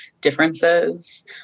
differences